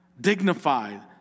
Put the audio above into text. dignified